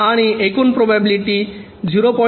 आणि एकूण प्रोबॅबिलिटी 0